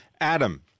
Adam